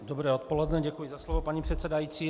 Dobré odpoledne, děkuji za slovo, paní předsedající.